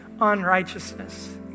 unrighteousness